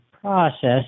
process